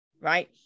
right